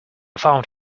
found